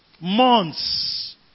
Months